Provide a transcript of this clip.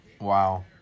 Wow